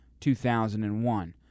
2001